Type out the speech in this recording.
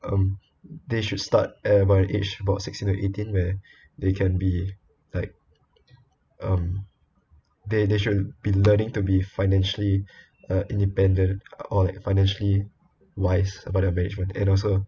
um they should start at about an age about sixteen or eighteen where they can be like um they they should be learning to be financially uh independent or like financially wise about their management and also